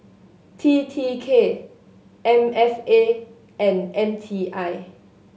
T T K M F A and M T I